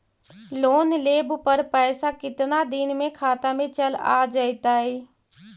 Loan लेब पर पैसा कितना दिन में खाता में चल आ जैताई?